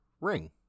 ring